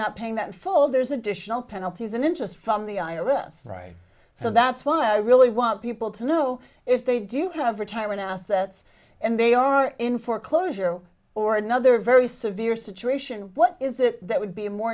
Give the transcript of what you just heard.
not paying that full there's additional penalties and interest from the i r s right so that's why i really want people to know if they do have retirement assets and they are in foreclosure or another very severe situation what is it that would be a more